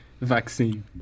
vaccine